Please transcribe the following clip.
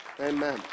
Amen